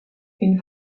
une